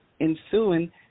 Ensuing